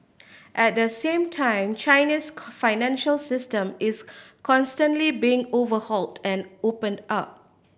at the same time China's financial system is constantly being overhauled and opened up